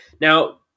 Now